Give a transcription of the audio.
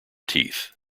teeth